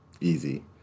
easy